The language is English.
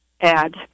add